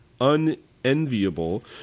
unenviable